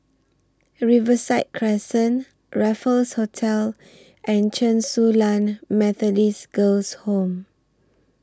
Riverside Crescent Raffles Hotel and Chen Su Lan Methodist Girls' Home